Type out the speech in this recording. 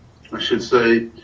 should say,